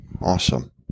Awesome